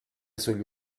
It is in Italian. sugli